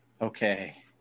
Okay